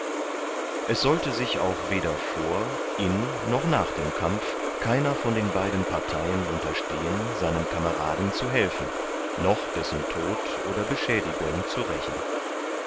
es sollte sich auch weder vor in noch nach dem kampf keiner von beiden parteien unterstehen seinem kameraden zu helfen noch dessen tod oder beschädigung zu rächen